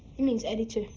he means editor.